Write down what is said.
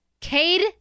Cade